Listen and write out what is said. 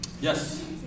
Yes